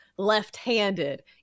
left-handed